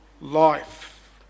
life